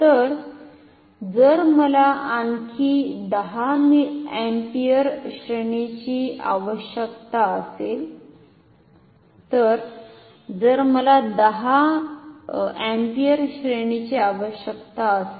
तर जर मला आणखी 10 अम्पिअर श्रेणीची आवश्यकता असेल तर या रेझिस्टंसचे मूल्य काय असेल